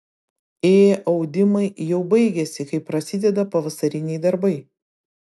ė audimai jau baigiasi kai prasideda pavasariniai darbai